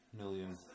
million